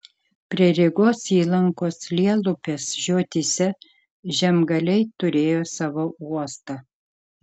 prie rygos įlankos lielupės žiotyse žemgaliai turėjo savo uostą